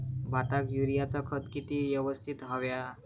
भाताक युरियाचा खत किती यवस्तित हव्या?